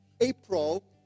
April